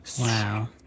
Wow